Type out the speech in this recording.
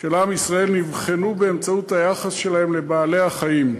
של עם ישראל נבחנו באמצעות היחס שלהם לבעלי-החיים.